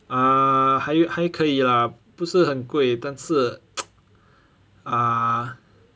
ah 还还可以 lah 不是很贵但是 ah